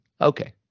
okay